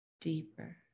deeper